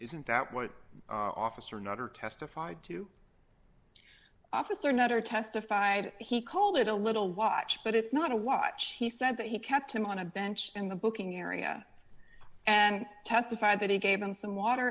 isn't that what officer nutter testified to officer nutter testified he called it a little watch but it's not a watch he said but he kept him on a bench in the booking area and testified that he gave him some water